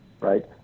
right